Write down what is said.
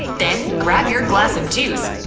then grab your glass of juice,